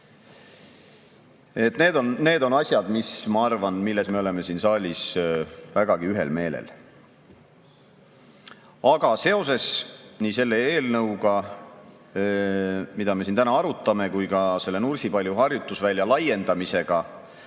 need asjad, milles, ma arvan, me oleme siin saalis vägagi ühel meelel. Aga seoses nii selle eelnõuga, mida me siin täna arutame, kui ka selle Nursipalu harjutusvälja laiendamisega,